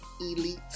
Elite